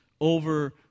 over